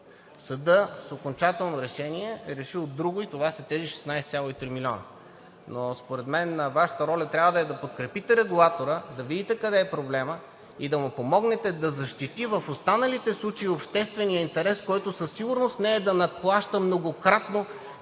съдът с окончателно решение е решил друго и това са тези 16,3 милиона. Но според мен Вашата роля трябва да е да подкрепите регулатора, да видите къде е проблемът и да му помогнете да защити в останалите случаи обществения интерес, който със сигурност не е да надплаща многократно